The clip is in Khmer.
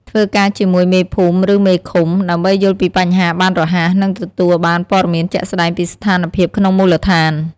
ធ្វើការជាមួយ មេភូមិ ឬមេឃុំ ដើម្បីយល់ពីបញ្ហាបានរហ័ស និងទទួលបានព័ត៌មានជាក់ស្ដែងពីស្ថានភាពក្នុងមូលដ្ឋាន។